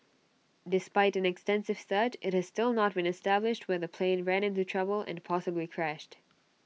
despite an extensive search IT has still not been established where the plane ran into trouble and possibly crashed